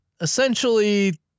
Essentially